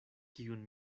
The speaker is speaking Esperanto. kiun